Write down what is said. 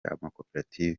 amakoperative